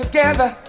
Together